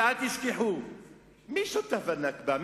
ואל תשכחו מי שותף ל"נכבה"?